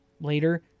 Later